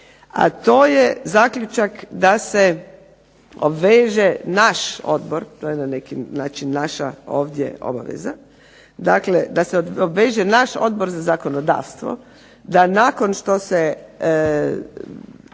a to je zaključak da se obveže naš odbor, to je na neki način naša obaveza, dakle da se obveže naš Odbor za zakonodavstvo da nakon što se